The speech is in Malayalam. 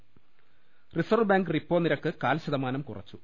ും റിസർവ് ബാങ്ക് റിപ്പോ പലിശ നിരക്ക് കാൽശതമാനം കുറച്ചു